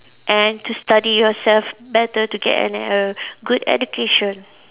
and to study yourself better to get an err good education